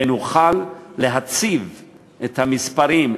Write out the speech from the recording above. ונוכל להציב את המספרים,